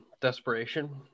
desperation